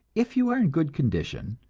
if you are in good condition,